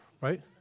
right